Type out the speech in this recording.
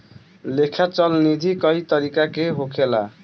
लेखा चल निधी कई तरीका के होखेला